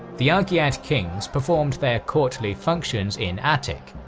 the argead kings performed their courtly functions in attic,